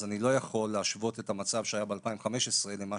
אני לא יכול להשוות את המצב שהיה ב-2015 למה